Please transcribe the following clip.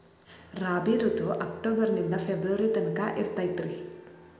ರಾಬಿ ಋತು ಅಕ್ಟೋಬರ್ ನಿಂದ ಫೆಬ್ರುವರಿ ತನಕ ಇರತೈತ್ರಿ